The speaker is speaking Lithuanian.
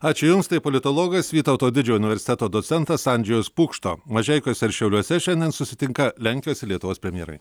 ačiū jums tai politologas vytauto didžiojo universiteto docentas andžėjus pukšta mažeikiuose ir šiauliuose išeinant susitinka lenkijos ir lietuvos premjerai